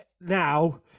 now